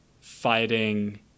fighting